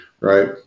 Right